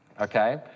okay